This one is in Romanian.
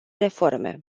reforme